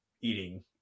eating